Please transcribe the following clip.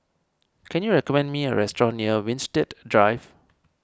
can you recommend me a restaurant near Winstedt Drive